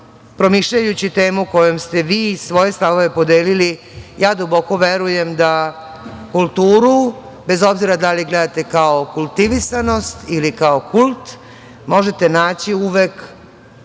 promišljajući temu kojom ste vi svoje stavove podelili, duboko verujem da kulturu, bez obzira da li gledate kao kultivisanost ili kao kult, možete naći uvek